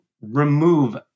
remove